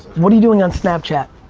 what are you doing on snapchat?